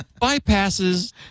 bypasses